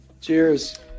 Cheers